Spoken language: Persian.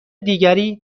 دیگری